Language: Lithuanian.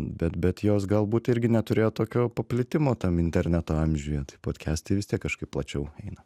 bet bet jos galbūt irgi neturėjo tokio paplitimo tam interneto amžiuje podkestai vis tiek kažkaip plačiau eina